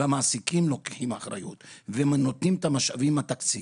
והמעסיקים לוקחים אחריות ונותנים את המשאבים התקציביים.